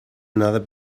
another